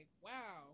wow